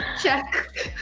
check.